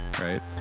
Right